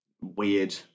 weird